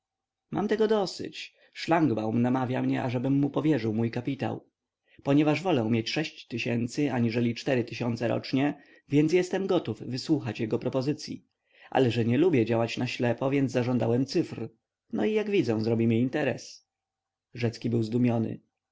mam tego dosyć szlangbaum namawia mnie ażebym mu powierzył mój kapitał ponieważ wolę mieć sześć tysięcy aniżeli cztery tysiące rocznie więc jestem gotów wysłuchać jego propozycyi ale że nie lubię działać na ślepo więc zażądałem cyfr no i jak widzę zrobimy interes rzecki był zdumiony